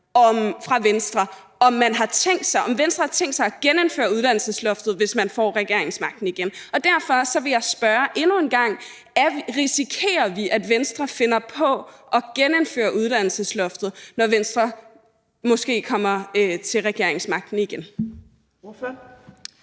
fra Venstre, om Venstre har tænkt sig at genindføre uddannelsesloftet, hvis man får regeringsmagten igen. Derfor vil jeg spørge endnu en gang: Risikerer vi, at Venstre finder på at genindføre uddannelsesloftet, når Venstre måske kommer til regeringsmagten igen?